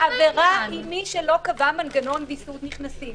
העבירה היא מי שלא קבע מנגנון ויסות נכנסים.